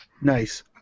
Nice